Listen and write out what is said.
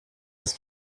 des